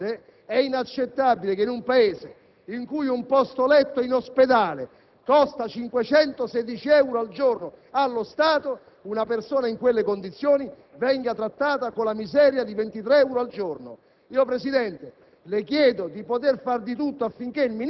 ha la sensazione che lo si voglia indurre a rassegnarsi alla morte. È inaccettabile che in un Paese in cui un posto letto in ospedale costa allo Stato 516 euro al giorno una persona in quelle condizioni venga trattata con la miseria di 23 euro al giorno.